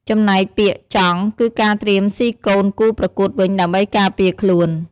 ចំណែកពាក្យ ចង់ គឺការត្រៀមស៊ីកូនគូប្រកួតវិញដើម្បីការពារខ្លួន។